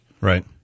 Right